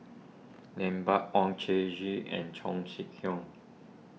Lambert Oon Jin Gee and Chong Kee Hiong